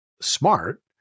smart